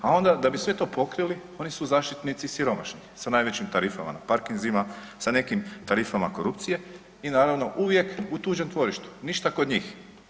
A onda da bi sve to pokrili oni su zaštitnici siromašnih sa najvišim tarifama na parkinzima, sa nekim tarifama korupcije i naravno uvijek u tuđem dvorištu, ništa kod njih.